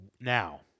Now